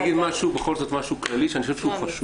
אגיד בכל זאת משהו כללי שאני חושב שהוא חשוב.